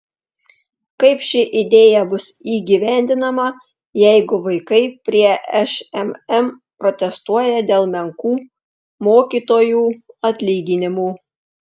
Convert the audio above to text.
kaip ši idėja bus įgyvendinama jeigu vaikai prie šmm protestuoja dėl menkų mokytojų atlyginimų